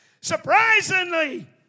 Surprisingly